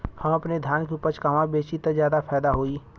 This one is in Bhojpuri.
हम अपने धान के उपज कहवा बेंचि त ज्यादा फैदा होई?